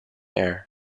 air